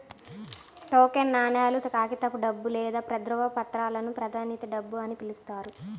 token నాణేలు, కాగితపు డబ్బు లేదా ధ్రువపత్రాలను ప్రతినిధి డబ్బు అని పిలుస్తారు